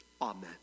amen